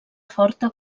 forta